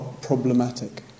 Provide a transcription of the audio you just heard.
problematic